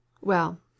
Well